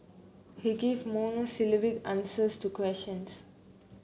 he gives monosyllabic answers to questions